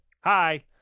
Hi